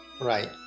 Right